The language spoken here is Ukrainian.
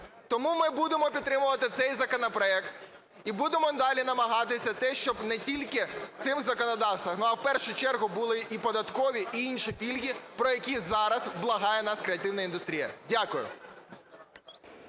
Тому ми будемо підтримувати цей законопроект і будемо далі намагатися те, щоб не тільки цим законодавством, а в першу чергу були і податкові, і інші пільги, про які зараз благає нас креативна індустрія. Дякую.